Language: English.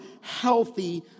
healthy